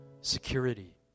security